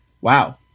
wow